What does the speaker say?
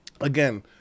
Again